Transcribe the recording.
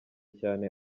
cyane